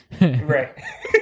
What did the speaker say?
Right